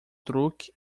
truque